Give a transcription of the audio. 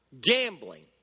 gambling